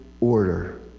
order